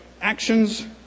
actions